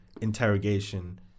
interrogation